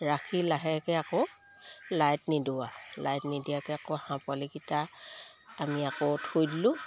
ৰাখি লাহেকে আকৌ লাইট নিদি আৰু লাইট নিদিয়াকে আকৌ হাঁহ পোৱালিকিটা আমি আকৌ থৈ দিলো